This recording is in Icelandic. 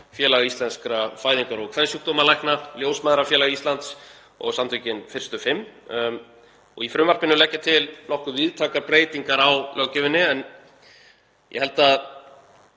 Félag íslenskra fæðingar- og kvensjúkdómalækna, Ljósmæðrafélag Íslands og samtökin Fyrstu fimm. Í frumvarpinu legg ég til nokkuð víðtækar breytingar á löggjöfinni en ég held að